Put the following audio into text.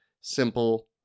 simple